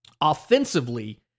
offensively